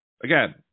again